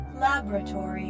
Laboratory